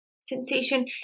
sensation